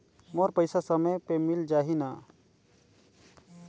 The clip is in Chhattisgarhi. मोर पइसा समय पे मिल जाही न?